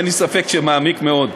אין לי ספק שמעמיק מאוד.